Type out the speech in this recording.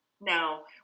No